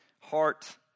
heart